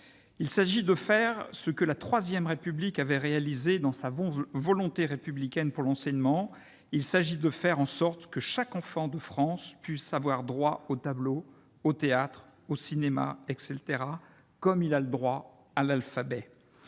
Il s'agit de faire ce que la III République avait réalisé, dans sa volonté républicaine, pour l'enseignement ; il s'agit de faire en sorte que chaque enfant de France puisse avoir droit aux tableaux, au théâtre, au cinéma, etc., comme il a droit à l'alphabet